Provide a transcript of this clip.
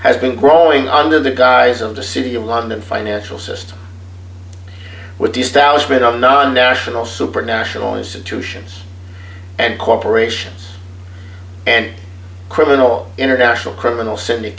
has been growing under the guise of the city of london financial system with the establishment of non national super national institutions and corporations and criminal international criminal synd